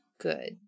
good